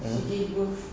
ya